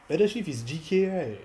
pedal ship is G_K right